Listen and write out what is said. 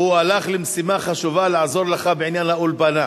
הצעת החוק התקבלה והיא עוברת להכנה בוועדת